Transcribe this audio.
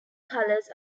colors